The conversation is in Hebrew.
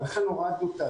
הורדנו את...